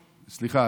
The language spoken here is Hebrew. סליחה,